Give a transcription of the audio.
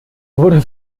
wurde